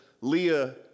Leah